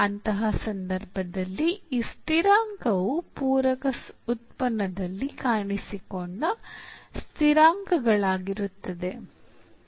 ಅಂತಹ ಸಂದರ್ಭದಲ್ಲಿ ಈ ಸ್ಥಿರಾಂಕವು ಪೂರಕ ಉತ್ಪನ್ನದಲ್ಲಿ ಕಾಣಿಸಿಕೊಂಡ ಸ್ಥಿರಾಂಕಗಳಾಗಿರುತ್ತದೆ